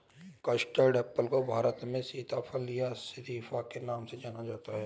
custard apple को भारत में सीताफल या शरीफा के नाम से जानते हैं